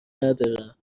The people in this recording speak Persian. ندارم